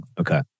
okay